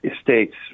states